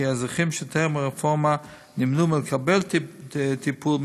ואזרחים שטרם הרפורמה נמנעו מלקבל טיפול,